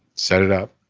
set it up.